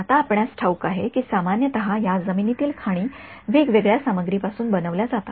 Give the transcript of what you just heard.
आता आपणास ठाऊक आहे की सामान्यत या जमिनीतील खाणी वेगवेगळ्या सामग्रीपासून बनवल्या जातात